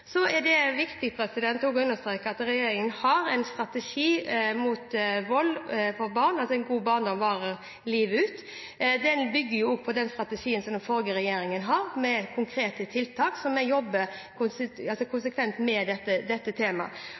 Så er det også viktig å understreke at regjeringen har en strategi mot vold mot barn, «En god barndom varer livet ut». Den bygger på den strategien som den forrige regjeringen hadde, med konkrete tiltak, og vi jobber konsekvent med dette temaet.